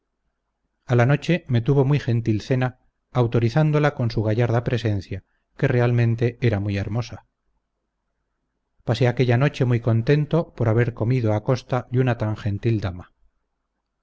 a la noche me tuvo muy gentil cena autorizándola con su gallarda presencia que realmente era muy hermosa pasé aquella noche muy contento por haber comido a costa de una tan gentil dama